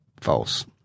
False